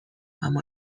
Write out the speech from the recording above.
اما